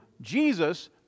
Jesus